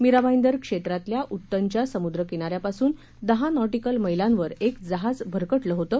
मीरा भाईदर क्षेत्रातल्या उत्तनच्या समुद्र किनाऱ्यापासून दहा नॉटिकल मक्तीवर एक जहाज भरकटलं होतं